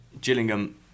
Gillingham